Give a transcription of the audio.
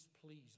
please